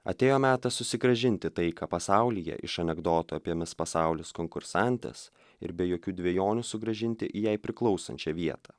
atėjo metas susigrąžinti taiką pasaulyje iš anekdotų apie mis pasaulis konkursantes ir be jokių dvejonių sugrąžinti į jai priklausančią vietą